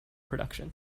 production